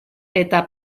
eta